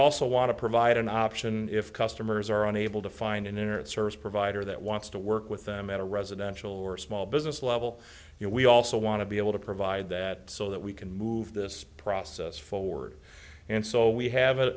also want to provide an option if customers are unable to find an internet service provider that wants to work with them at a residential or small business level we also want to be able to provide that so that we can move this process forward and so we have